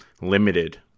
limited –